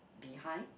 behind